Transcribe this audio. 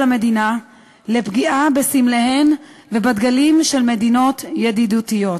המדינה לפגיעה בסמליהן ובדגליהן של מדינות ידידותיות.